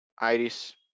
iris